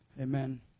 Amen